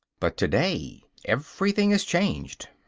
but to-day everything is changed.